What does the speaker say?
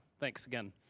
thanks again.